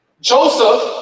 Joseph